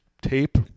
tape